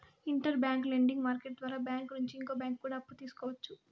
inter bank lending market ద్వారా bank నుంచి ఇంకో బ్యాంకు కూడా అప్పు తీసుకోవచ్చు